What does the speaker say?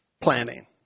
planning